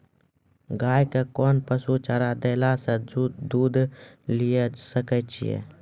गाय के कोंन पसुचारा देला से दूध ज्यादा लिये सकय छियै?